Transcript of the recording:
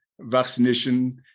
vaccination